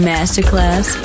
Masterclass